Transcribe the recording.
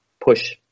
push